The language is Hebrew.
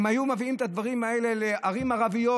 האם היו מביאים את הדברים האלה לערים ערביות?